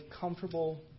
comfortable